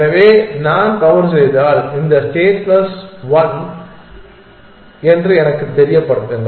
எனவே நான் தவறு செய்தால் இந்த ஸ்டேட் பிளஸ் 1 என்று எனக்குத் தெரியப்படுத்துங்கள்